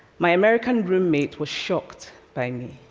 my american roommate was shocked by me.